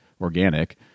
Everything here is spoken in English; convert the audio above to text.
organic